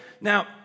Now